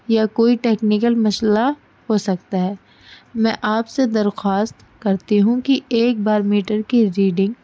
یا کوئی ٹیکنیکل مسئلہ ہو سکتا ہے میں آپ سے درخواست کرتی ہوں کہ ایک بار میٹر کی ریڈنگ